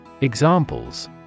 Examples